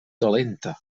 dolenta